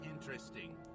Interesting